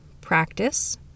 practice